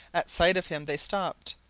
at sight of him they stopped,